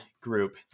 group